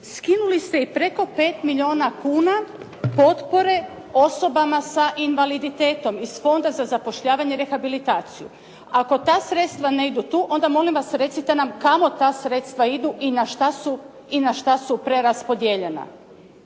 Skinuli ste i preko 5 milijuna kuna potpora osobama sa invaliditetom iz Fonda za zapošljavanje i rehabilitaciju. Ako ta sredstva ne idu tu, onda molim vas recite nam kamo ta sredstva idu i na što su preraspodijeljena.